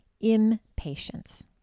impatience